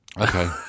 Okay